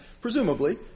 presumably